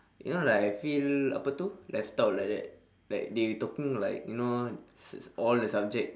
you know like I feel apa itu left out like that like they talking like you know s~ s~ all the subject